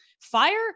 Fire